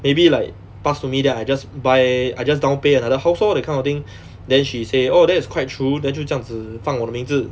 maybe like pass to me then I just buy I just downpay another house lor that kind of thing then she say oh that's quite true then 就这样子放我的名字